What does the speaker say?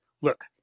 look